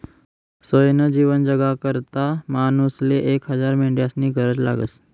सोयनं जीवन जगाकरता मानूसले एक हजार मेंढ्यास्नी गरज लागस